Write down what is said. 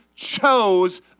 chose